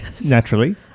Naturally